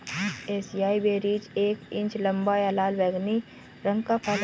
acai berries एक इंच लंबा, लाल बैंगनी रंग का फल है